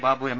Babu M